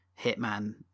Hitman